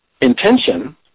intention